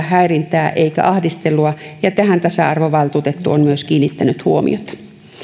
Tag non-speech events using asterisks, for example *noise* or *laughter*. *unintelligible* häirintää eikä ahdistelua ja tähän tasa arvovaltuutettu on myös kiinnittänyt huomiota